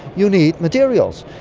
you need materials.